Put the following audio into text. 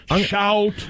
Shout